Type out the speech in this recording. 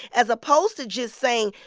as opposed to just saying,